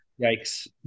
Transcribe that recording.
Yikes